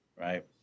right